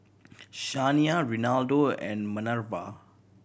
Shania Renaldo and Manerva